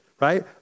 right